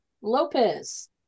Lopez